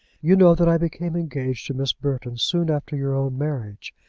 you know that i became engaged to miss burton soon after your own marriage.